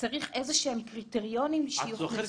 צריך איזה שהם קריטריונים שיוכנסו.